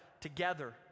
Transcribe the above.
together